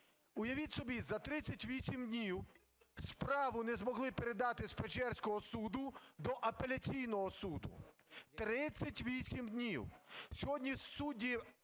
Уявіть собі, за 38 днів справу не змогли передати з Печерського суду до апеляційного суду, 38 днів.